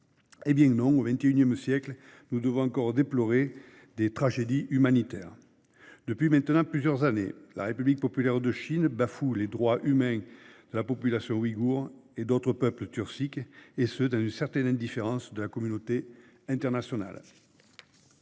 Eh bien non : au XXI siècle, nous devons encore déplorer des tragédies humanitaires ! Depuis maintenant plusieurs années, la République populaire de Chine bafoue les droits humains de la population ouïghoure et d'autres peuples turciques, et ce dans une certaine indifférence de la communauté internationale.